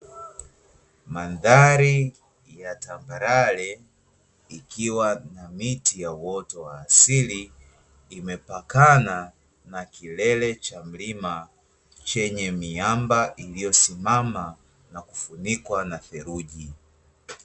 Mandhari ya tambarare ikiwa na miti ya uoto wa asili, imepakana na kilele cha milima iliyosimama na kufunikwa na theruji.